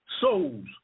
souls